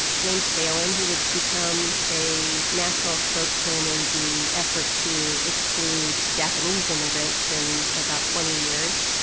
james phelan he would become a national spokesman in the effort to exclude japanese immigrants in about twenty years.